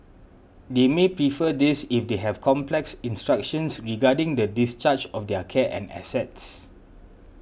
they may prefer this if they have complex instructions regarding the discharge of their care and assets